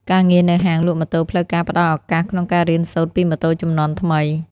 ការងារនៅហាងលក់ម៉ូតូផ្លូវការផ្តល់ឱកាសក្នុងការរៀនសូត្រពីម៉ូតូជំនាន់ថ្មី។